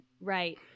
right